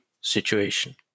situation